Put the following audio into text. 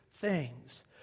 things